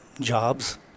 jobs